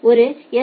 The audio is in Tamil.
ஒரு எஸ்